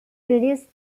release